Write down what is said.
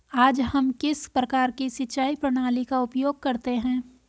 आज हम किस प्रकार की सिंचाई प्रणाली का उपयोग करते हैं?